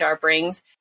brings